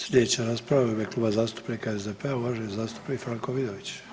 Sljedeća rasprava je u ime Kluba zastupnika SDP-a, uvaženi zastupnik Franko Vidović.